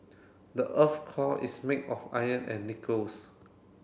the earth's core is made of iron and nickels